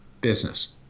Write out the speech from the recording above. business